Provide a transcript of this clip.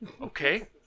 Okay